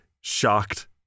shocked